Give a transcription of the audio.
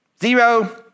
Zero